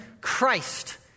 Christ